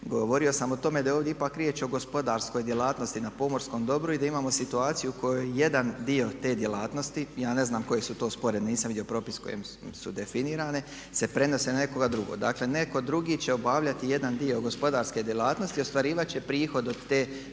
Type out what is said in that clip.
govorio sam o tome da je ovdje ipak riječ o gospodarskoj djelatnosti na pomorskom dobru i da imamo situaciju u kojoj jedan dio te djelatnosti, ja ne znam koje su to sporedne, nisam vidio propis kojim su definirane, se prenose na nekoga drugoga. Dakle neko drugi će obavljati jedan dio gospodarske djelatnosti i ostvarivat će prihod od te djelatnosti